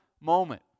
moment